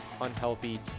unhealthy